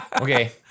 Okay